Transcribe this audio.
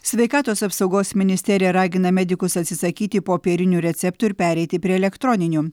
sveikatos apsaugos ministerija ragina medikus atsisakyti popierinių receptų ir pereiti prie elektroninių